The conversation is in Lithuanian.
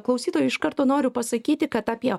klausytojui iš karto noriu pasakyti kad apie